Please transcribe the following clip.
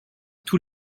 tous